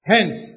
Hence